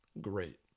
great